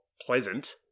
pleasant